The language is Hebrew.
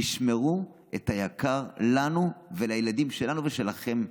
תשמרו את היקר לנו ולילדים שלנו ושלכם מכול.